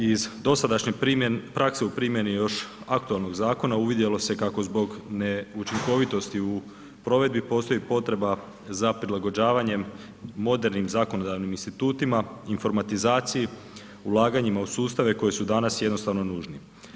Iz dosadašnje prakse u primjeni još aktualnog zakona uvidjelo se kako zbog neučinkovitosti u provedbi postoji potreba za prilagođavanjem modernim zakonodavnim institutima, informatizaciji, ulaganjima u sustave koji su danas jednostavno nužni.